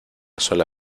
sola